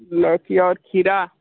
लौकी और खीरा